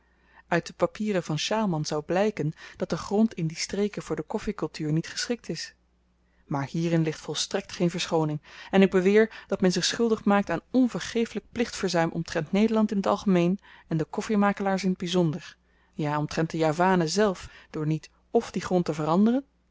uit de papieren van sjaalman zou blyken dat de grond in die streken voor de koffikultuur niet geschikt is maar hierin ligt volstrekt geen verschooning en ik beweer dat men zich schuldig maakt aan onvergeeflyk plichtverzuim omtrent nederland in t algemeen en de koffimakelaars in t byzonder ja omtrent de javanen zelf door niet f dien grond te veranderen de